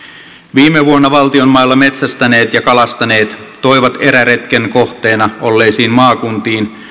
viime vuonna valtion mailla metsästäneet ja kalastaneet toivat eräretken kohteina olleisiin maakuntiin